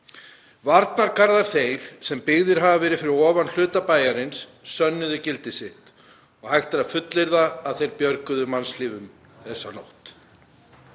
Varnargarðar þeir sem byggðir hafa verið fyrir ofan hluta bæjarins sönnuðu gildi sitt og hægt er að fullyrða að þeir björguðu mannslífum þessa nótt.